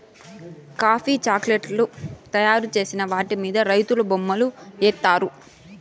coffee chocolate తయారు చేసిన వాటి మీద రైతులు బొమ్మలు ఏత్తారు